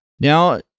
Now